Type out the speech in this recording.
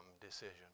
decision